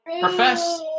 profess